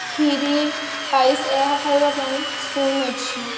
ଖିରି ପାଇସ ଏହା ଖାଇବା ପାଇଁ ସ୍ପୁନ ଅଛି